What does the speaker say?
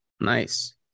nice